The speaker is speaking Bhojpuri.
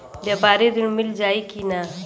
व्यापारी ऋण मिल जाई कि ना?